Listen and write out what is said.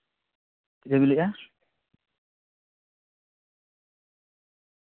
ᱪᱮᱫ ᱮᱢ ᱞᱟᱹᱭᱮᱜᱼᱟ